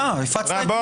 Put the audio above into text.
רבותיי, רבותיי.